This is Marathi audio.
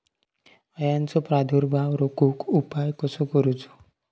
अळ्यांचो प्रादुर्भाव रोखुक उपाय कसो करूचो?